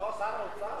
או, שר האוצר.